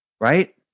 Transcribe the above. Right